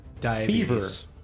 diabetes